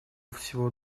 всего